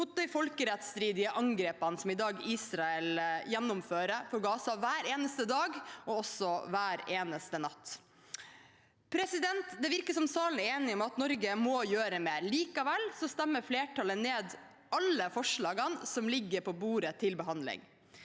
mot de folkerettsstridige angrepene som Israel i dag gjennomfører i Gaza hver eneste dag og hver eneste natt. Det virker som vi i salen er enige om at Norge må gjøre mer. Likevel stemmer flertallet ned alle forslagene som ligger på bordet til behandling.